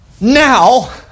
now